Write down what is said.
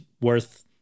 worth